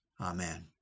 Amen